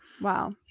Wow